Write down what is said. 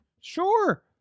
Sure